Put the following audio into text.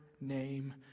name